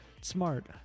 smart